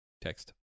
text